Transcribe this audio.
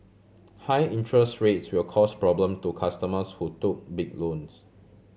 high interest rates will cause problem to customers who took big loans